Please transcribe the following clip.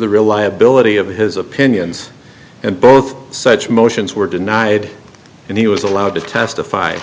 the reliability of his opinions and both such motions were denied and he was allowed to testify